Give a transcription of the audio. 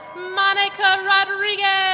monica rodriguez